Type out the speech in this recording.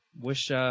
Wish